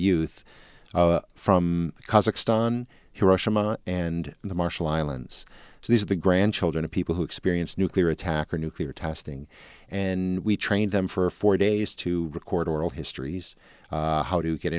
youth from kazakhstan hiroshima and in the marshall islands these are the grandchildren of people who experienced nuclear attack or nuclear testing and we trained them for four days to record oral histories how to get